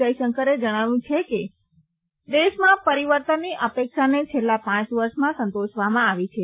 જયશંકરે જણાવ્યું છે કે દેશમાં પરિવર્તનની અપેક્ષાને છેલ્લા પાંચ વર્ષમાં સંતોષવામાં આવી છે